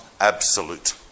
absolute